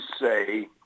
say